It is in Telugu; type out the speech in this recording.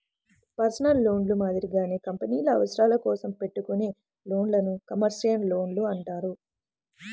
పర్సనల్ లోన్లు మాదిరిగానే కంపెనీల అవసరాల కోసం పెట్టుకునే లోన్లను కమర్షియల్ లోన్లు అంటారు